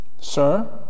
Sir